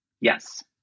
Yes